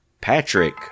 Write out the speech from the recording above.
Patrick